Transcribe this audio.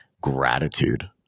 gratitude